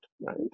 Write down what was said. right